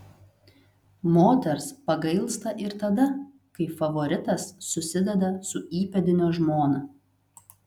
moters pagailsta ir tada kai favoritas susideda su įpėdinio žmona